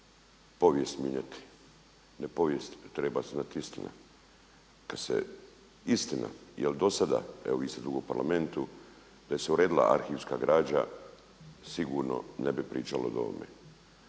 povijest mijenjati. Ne povijest, nego se treba znati istina, kada se istina jer do sada, evo vi ste dugo u parlamentu, da se uredila arhivska građa sigurno ne bi pričali o ovome.